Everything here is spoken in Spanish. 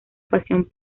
pasión